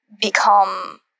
become